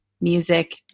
music